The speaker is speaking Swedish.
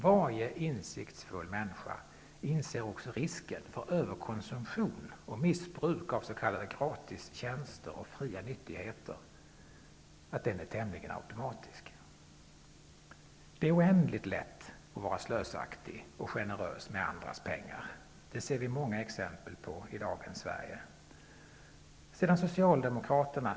Varje insiktsfull människa förstår att risken för överkonsumtion och missbruk av s.k. gratistjänster och fria nyttigheter är tämligen automatisk. Det är oändligt lätt att vara slösaktig och generös med andras pengar. Det ser vi många exempel på i dagens Sverige.